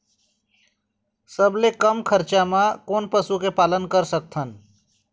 सबले कम खरचा मा कोन पशु के पालन कर सकथन?